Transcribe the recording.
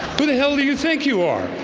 who the hell do you think you are?